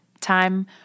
Time